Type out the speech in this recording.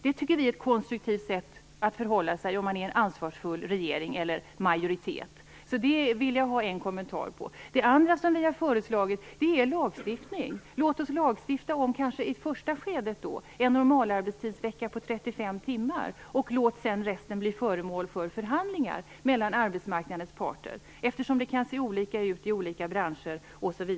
Detta tycker vi vore ett konstruktivt sätt att förhålla sig för en ansvarsfull regering eller majoritet, så det vill jag ha en kommentar till. Det andra vi har föreslagit är lagstiftning. Låt oss i första skedet lagstifta om en normalarbetstidsvecka på 35 timmar, och låt sedan resten bli föremål för förhandlingar mellan arbetsmarknadens parter, eftersom det kan se olika ut i olika branscher.